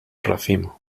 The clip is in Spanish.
racimo